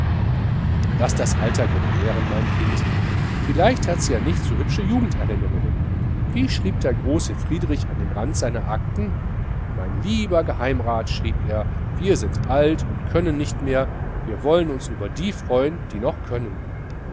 laß das alter gewähren mein kind vielleicht hat sie nicht so hübsche jugenderinnerungen wie schrieb der große friedrich an den rand seiner akten mein lieber geheimrat schrieb er wir sind alt und können nicht mehr wir wollen uns über die freuen die noch können